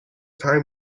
time